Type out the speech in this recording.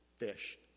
fish